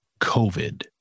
COVID